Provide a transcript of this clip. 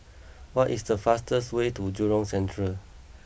what is the fastest way to Jurong Central